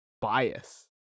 bias